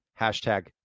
Hashtag